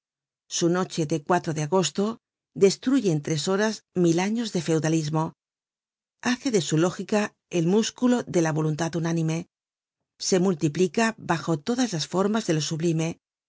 su noche de de agosto destruye en tres horas mil años de feudalismo hace de su lógica el músculo de la voluntad unánime se multiplica bajo todas las formas de lo sublime